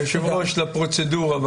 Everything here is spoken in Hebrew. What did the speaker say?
אדוני היושב-ראש, לפרוצדורה.